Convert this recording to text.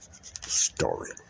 story